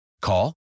Call